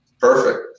perfect